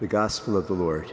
the gospel of the lord